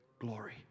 Glory